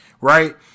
Right